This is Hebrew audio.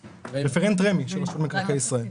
רשות מקרקעי ישראל.